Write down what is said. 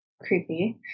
creepy